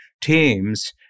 teams